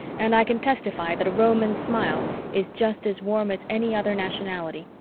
and i can testify that a roman smile is just as warm as any other nationality,